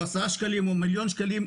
10 שקלים או מיליון שקלים,